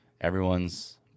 everyone's